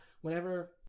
whenever